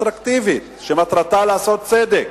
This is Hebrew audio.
קונסטרוקטיבית, שמטרתה לעשות צדק,